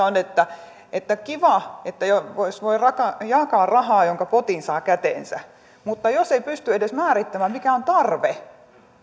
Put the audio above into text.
on kiva jos voi jakaa rahaa jonka potin saa käteensä mutta se iso kuva ja iso ongelma tässä on se jos ei pysty edes määrittämään mikä on tarve